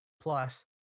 plus